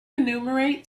enumerate